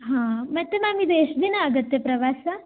ಹಾಂ ಮತ್ತು ಮ್ಯಾಮ್ ಇದು ಎಷ್ಟು ದಿನ ಆಗುತ್ತೆ ಪ್ರವಾಸ